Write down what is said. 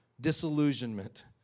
Disillusionment